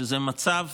שזה מצב